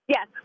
Yes